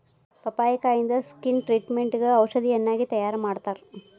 ಪಪ್ಪಾಯಿಕಾಯಿಂದ skin ಟ್ರಿಟ್ಮೇಟ್ಗ ಔಷಧಿಯನ್ನಾಗಿ ತಯಾರಮಾಡತ್ತಾರ